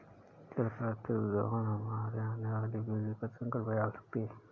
जल का अत्यधिक दोहन हमारे आने वाली पीढ़ी को संकट में डाल सकती है